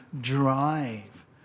drive